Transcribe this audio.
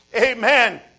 Amen